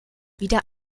wieder